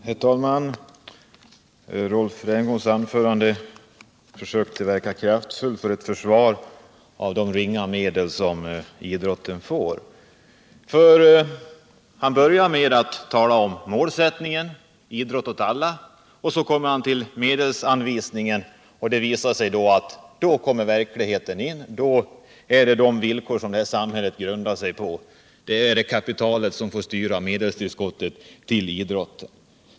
Herr talman! Rolf Rämgårds anförande är ett kraftfullt försök till försvar av de ringa medel som idrotten får. Han börjar med att tala om målsättningen: idrott åt alla. Så övergår han till medelsanvisningen, och då kommer verkligheten in. Det visar sig att det är de villkor som det här samhället grundar sig på, kapitalet, som får styra medelstillskottet till idrotten.